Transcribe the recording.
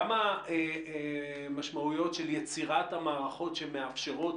גם המשמעויות של יצירת המערכות שמאפשרות